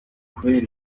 kubera